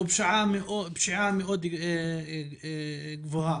ופשיעה מאוד גבוהה.